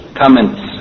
comments